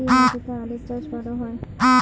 কি মাটিতে আলু চাষ ভালো হয়?